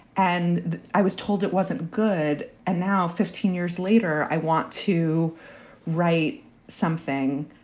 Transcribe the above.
and i was told it wasn't good. and now, fifteen years later, i want to write something,